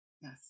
yes